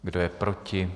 Kdo je proti?